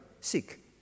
Seek